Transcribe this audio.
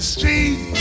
Street